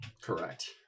Correct